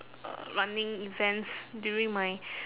uh running events during my